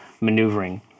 maneuvering